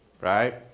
Right